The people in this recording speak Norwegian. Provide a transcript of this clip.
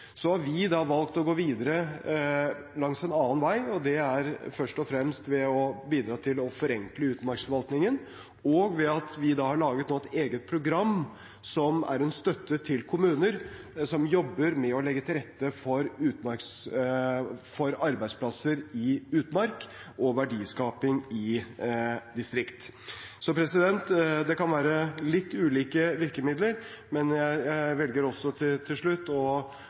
Vi har valgt å gå videre langs en annen vei, og det er først og fremst ved å bidra til å forenkle utmarksforvaltningen og ved at vi har laget et eget program som er en støtte til kommuner som jobber med å legge til rette for arbeidsplasser i utmark og verdiskaping i distriktene. Det kan være litt ulike virkemidler, men jeg velger også til slutt å avslutte med å si at jeg tror vi er enige om målet, nemlig at vi skal legge bedre til